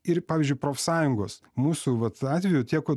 ir pavyzdžiui profsąjungos mūsų vat atveju teko